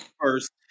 first